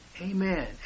Amen